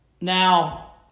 Now